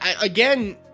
again